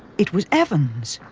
it was evans.